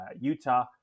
Utah